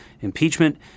impeachment